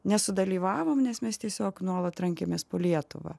nesudalyvavom nes mes tiesiog nuolat trankėmės po lietuvą